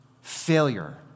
failure